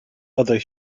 other